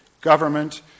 government